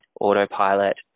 autopilot